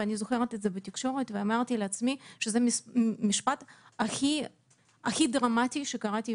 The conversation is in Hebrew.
אמרתי לעצמי שזה המשפט הכי דרמטי שקראתי